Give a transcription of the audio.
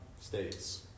states